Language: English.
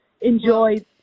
enjoy